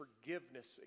forgiveness